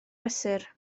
brysur